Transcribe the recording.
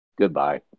Goodbye